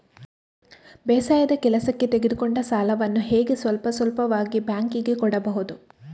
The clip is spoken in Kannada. ಬೇಸಾಯದ ಕೆಲಸಕ್ಕೆ ತೆಗೆದುಕೊಂಡ ಸಾಲವನ್ನು ಹೇಗೆ ಸ್ವಲ್ಪ ಸ್ವಲ್ಪವಾಗಿ ಬ್ಯಾಂಕ್ ಗೆ ಕೊಡಬಹುದು?